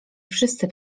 wszyscy